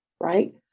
right